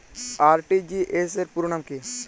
RTGS র পুরো নাম কি?